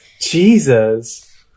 Jesus